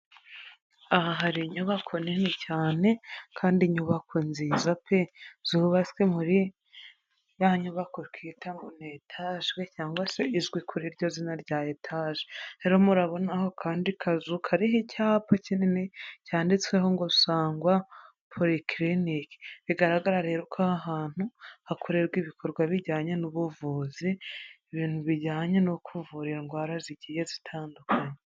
Aha hari inyubako nini cyane kandi inyubako nziza pe, zubatswe muri ya nyubako twita ngo ni etaje cyangwa se izwi kuri ryo zina rya etaje, rero murabonaho akandi kazu kariho icyapa kinini cyanditsweho ngo sangwa porikirinike, bigaragara rero ko aha hantu hakorerwa ibikorwa bijyanye n'ubuvuzi, ibintu bijyanye no kuvura indwara zigiye zitandukanye.